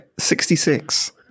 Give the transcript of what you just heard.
66